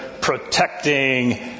protecting